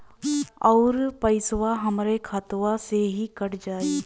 अउर पइसवा हमरा खतवे से ही कट जाई?